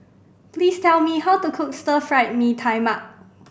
please tell me how to cook Stir Fried Mee Tai Mak